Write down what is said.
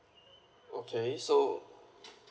okay so